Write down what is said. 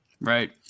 Right